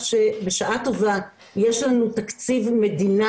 ועכשיו, כשבשעה טובה יש לנו תקציב מדינה,